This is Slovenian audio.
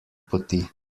poti